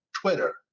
Twitter